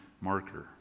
marker